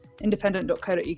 independent.co.uk